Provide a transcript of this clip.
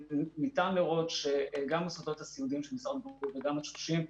ניתן לראות שגם במוסדות הסיעודיים של משרד הבריאות וגם בתשושים,